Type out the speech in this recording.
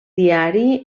diari